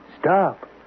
Stop